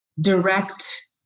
direct